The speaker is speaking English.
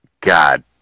God